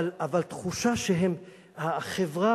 אבל התחושה שהחברה